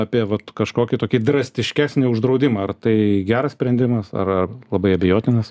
apie vat kažkokį tokį drastiškesnį uždraudimą ar tai geras sprendimas ar labai abejotinas